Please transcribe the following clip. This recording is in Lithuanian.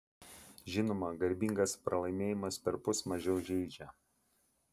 žinoma garbingas pralaimėjimas perpus mažiau žeidžia